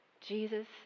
Jesus